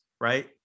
right